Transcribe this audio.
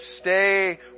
stay